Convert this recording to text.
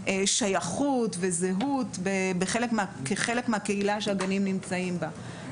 שייכות וזהות שהם חלק מהקהילה שהגנים נמצאים בה.